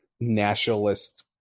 nationalist